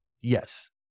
Yes